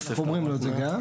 וגם אומרים לו את זה.